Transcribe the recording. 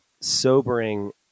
sobering